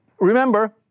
Remember